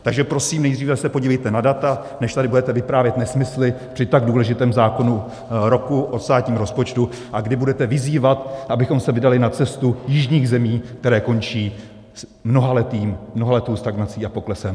Takže prosím, nejdříve se podívejte na data, než tady budete vyprávět nesmysly při tak důležitém zákonu roku o státním rozpočtu a kdy budete vyzývat, abychom se vydali na cestu jižních zemí, které končí mnohaletou stagnací a poklesem.